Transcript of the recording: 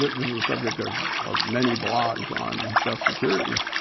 this is a subject of of many blogs on just security,